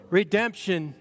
redemption